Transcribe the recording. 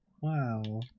Wow